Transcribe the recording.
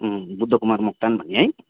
उम्म बुद्ध कुमार मोक्तान भन्ने है